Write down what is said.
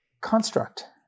construct